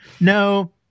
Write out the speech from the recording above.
No